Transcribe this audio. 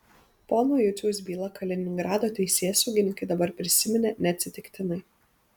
pono juciaus bylą kaliningrado teisėsaugininkai dabar prisiminė neatsitiktinai